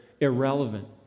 irrelevant